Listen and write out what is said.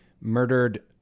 murdered